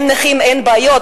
אין נכים אין בעיות.